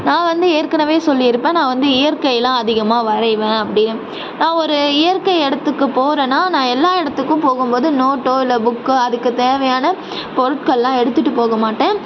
நான் வந்து ஏற்கனவே சொல்லியிருப்பேன் நான் வந்து இயற்கையெலாம் அதிகமாக வரைவேன் அப்படி நான் ஒரு இயற்கை இடத்துக்கு போகிறன்னா நான் எல்லா இடத்துக்கும் போகும் போது நோட்டோ இல்லை புக்கோ அதுக்குத் தேவையான பொருட்களெலாம் எடுத்துகிட்டு போக மாட்டேன்